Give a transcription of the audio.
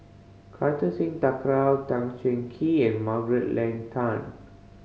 Kartar Singh Thakral Tan Cheng Kee and Margaret Leng Tan